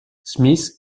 smith